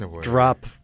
drop